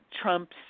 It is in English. Trump's